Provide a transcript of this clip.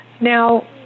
Now